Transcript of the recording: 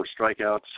strikeouts